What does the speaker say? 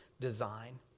design